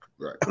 Right